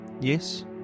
Yes